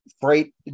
freight